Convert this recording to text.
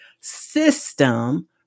system